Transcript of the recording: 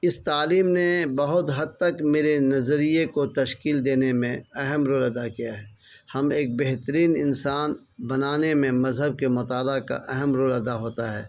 اس تعلیم نے بہت حد تک میرے نظریے کو تشکیل دینے میں اہم رول ادا کیا ہے ہم ایک بہترین انسان بنانے میں مذہب کے مطالعہ کا اہم رول ادا ہوتا ہے